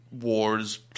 Wars